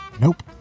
Nope